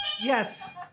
Yes